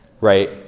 right